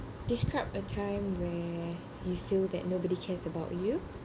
describe a time where you feel that nobody cares about you